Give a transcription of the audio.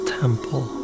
temple